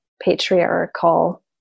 patriarchal